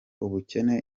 ubukene